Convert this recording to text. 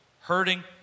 hurting